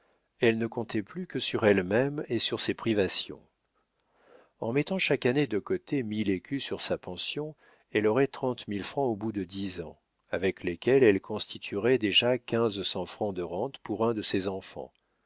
elle ne comptait plus que sur elle-même et sur ses privations en mettant chaque année de côté mille écus sur sa pension elle aurait trente mille francs au bout de dix ans avec lesquels elle constituerait déjà quinze cents francs de rentes pour un de ses enfants